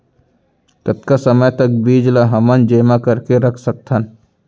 कतका समय तक बीज ला हमन जेमा करके रख सकथन?